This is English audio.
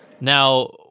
now